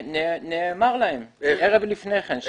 נאמר להם ערב לפני כן.